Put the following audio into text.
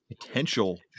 potential